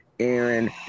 Aaron